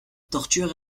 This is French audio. torture